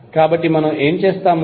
కాబట్టి మనము ఏమి చేస్తాము